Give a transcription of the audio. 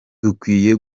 dukwiye